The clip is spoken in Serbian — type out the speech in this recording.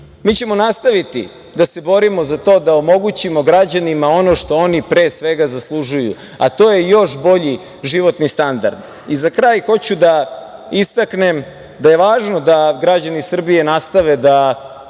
Mi ćemo nastaviti da se borimo za to da omogućimo građanima ono što oni, pre svega, zaslužuju, a to je još bolji životni standard.Za kraj hoću da istaknem da je važno da građani Srbije nastave da